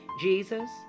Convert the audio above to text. Jesus